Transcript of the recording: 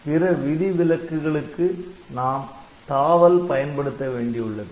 பிற விதிவிலக்குகளுக்கு நாம் தாவல் பயன்படுத்த வேண்டியுள்ளது